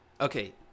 Okay